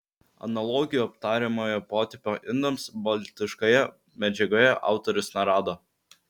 analogijų aptariamojo potipio indams baltiškoje medžiagoje autorius nerado